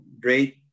great